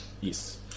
Yes